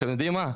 אתם יודעים מה,